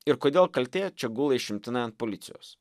ir kodėl kaltė čia gula išimtinai ant policijos